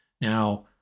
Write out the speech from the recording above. Now